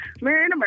Man